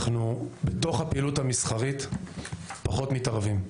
אנחנו, בתוך הפעילות המסחרית, פחות מתערבים.